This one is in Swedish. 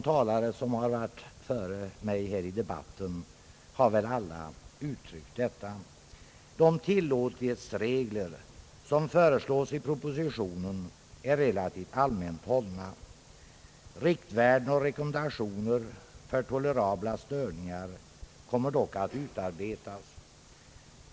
Talarna före mig i debatten har väl alla uttryckt detta. De tillåtlighetsregler som föreslås i propositionen är relativt allmänt hållna. Riktvärden och rekommendationer för tolerabla störningar kommer dock att utarbetas.